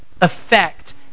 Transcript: affect